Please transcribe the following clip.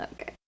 Okay